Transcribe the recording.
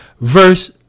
verse